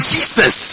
Jesus